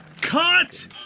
cut